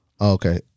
Okay